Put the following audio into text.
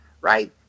Right